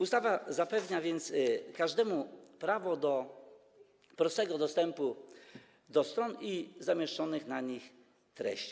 Ustawa zapewnia więc każdemu prawo do prostego dostępu do stron i zamieszczonych na nich treści.